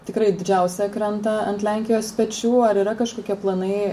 tikrai didžiausia krenta ant lenkijos pečių ar yra kažkokie planai